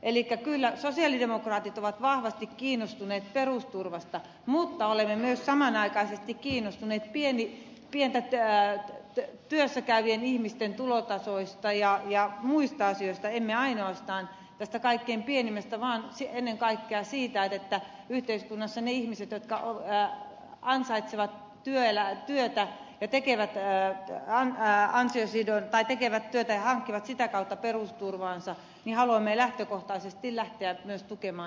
elikkä kyllä sosialidemokraatit ovat vahvasti kiinnostuneita perusturvasta mutta olemme myös samanaikaisesti kiinnostuneita työssä käyvien ihmisten tulotasoista ja muista asioista emme ainoastaan kaikkein pienimmistä tuloista vaan ennen kaikkea siitä että yhteiskunnassa niitä ihmisiä jotka ovat ne ansaitsevat työllään työtä tekevät mää antiin sijoittaa tekevät työtä ja hankkivat sitä kautta perusturvaansa haluamme lähtökohtaisesti lähteä myös tukemaan